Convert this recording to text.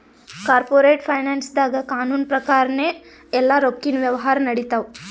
corporate ಫೈನಾನ್ಸ್ದಾಗ್ ಕಾನೂನ್ ಪ್ರಕಾರನೇ ಎಲ್ಲಾ ರೊಕ್ಕಿನ್ ವ್ಯವಹಾರ್ ನಡಿತ್ತವ